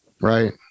Right